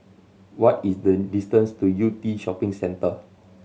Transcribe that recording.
what is the distance to Yew Tee Shopping Centre